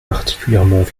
particulièrement